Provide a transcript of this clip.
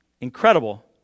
Incredible